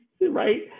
right